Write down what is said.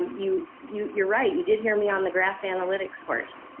um you you you're right you did hear me on the graph analytics course.